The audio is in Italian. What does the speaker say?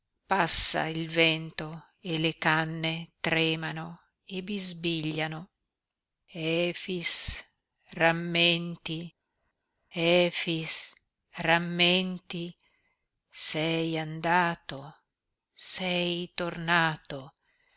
passa il vento e le canne tremano e bisbigliano efix rammenti efix rammenti sei andato sei tornato